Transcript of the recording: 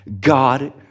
God